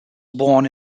born